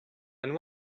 and